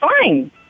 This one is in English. fine